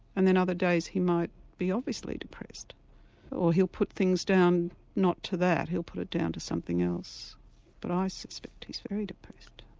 and then other days he might be obviously depressed or he'll put things down not to that, he'll put it down to something else but i suspect he's very depressed.